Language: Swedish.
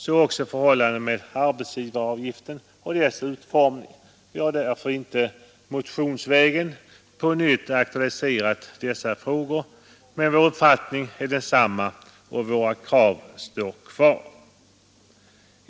Så är också förhållandet med arbetsgivaravgiften och dess utformning. Vi har därför inte motionsvägen på nytt aktualiserat dessa frågor, men vår uppfattning är densamma och våra krav står kvar.